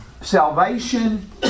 Salvation